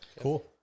Cool